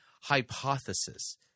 hypothesis